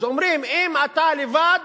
אומרים: אם אתה לבד,